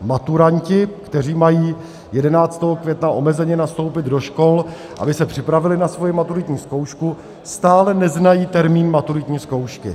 Maturanti, kteří mají 11. května omezeně nastoupit do škol, aby se připravili na svoji maturitní zkoušku, stále neznají termín maturitní zkoušky.